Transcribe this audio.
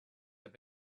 have